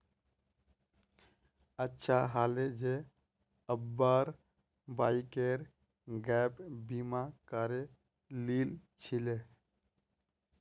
अच्छा हले जे अब्बार बाइकेर गैप बीमा करे लिल छिले